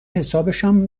حسابشم